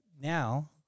now